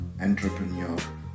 entrepreneur